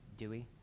dewey.